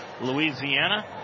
Louisiana